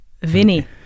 Vinny